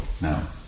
now